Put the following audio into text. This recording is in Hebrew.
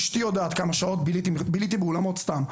אישתי יודעת כמה שעות ביליתי באולמות סתם.